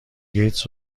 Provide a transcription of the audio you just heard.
گیتس